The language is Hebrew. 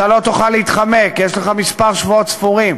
אתה לא תוכל להתחמק, יש לך שבועות ספורים.